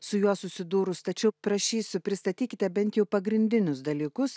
su juo susidūrus tačiau prašysiu pristatykite bent jau pagrindinius dalykus